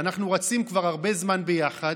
שאנחנו רצים כבר הרבה זמן ביחד,